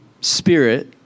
spirit